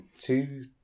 two